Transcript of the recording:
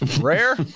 rare